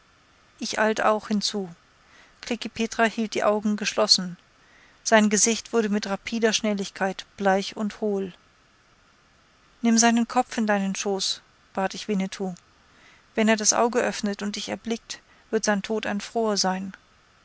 ich eilte auch hinzu klekih petra hielt die augen geschlossen sein gesicht wurde mit rapider schnelligkeit bleich und hohl nimm seinen kopf in deinen schoß bat ich winnetou wenn er das auge öffnet und dich erblickt wird sein tod ein froher sein